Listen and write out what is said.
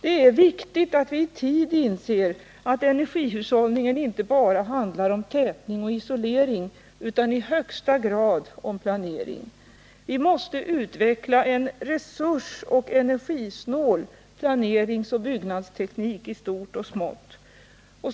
Det är viktigt att vi i tid inser att energihushållningen inte bara handlar om tätning och isolering utan i högsta grad om planering. Vi måste utveckla en resursoch energisnål planeringsoch byggnadsteknik i stort och smått.